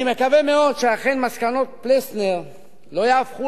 אני מקווה מאוד שאכן מסקנות פלסנר לא יהפכו